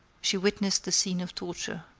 she witnessed the scene of torture.